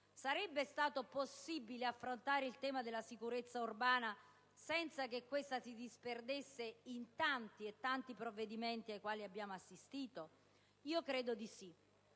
Sarebbe stato possibile affrontare il tema della sicurezza urbana senza che questa si disperdesse in tanti e tanti provvedimenti ai quali abbiamo assistito? Io credo di sì.